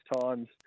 times